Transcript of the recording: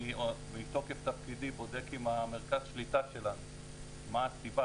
אני מתוקף תפקידי בודק עם מרכז שליטה שלנו מה הסיבה,